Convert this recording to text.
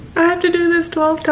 i have to do this twelve